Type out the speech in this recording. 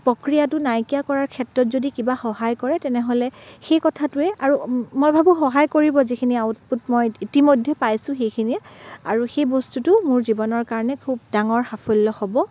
প্ৰক্ৰিয়াটো নাইকীয়া কৰাৰ ক্ষেত্ৰত যদি কিবা সহায় কৰে তেনেহ'লে সেই কথাটোৱে আৰু মই ভাবোঁ সহায় কৰিব যিখিনি আউটপুট মই ইতিমধ্যে পাইছোঁ সেইখিনিয়ে আৰু সেই বস্তুটো মোৰ জীৱনৰ কাৰণে খুব ডাঙৰ সাফল্য হ'ব